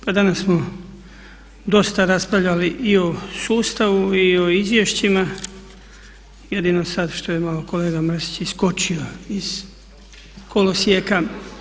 Pa danas smo dosta raspravljali i o sustavu i o izvješćima, jedino sad što je malo kolega Mrsić iskočio iz kolosijeka.